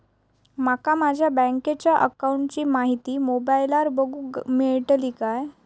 माका माझ्या बँकेच्या अकाऊंटची माहिती मोबाईलार बगुक मेळतली काय?